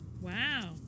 Wow